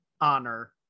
honor